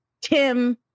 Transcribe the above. Tim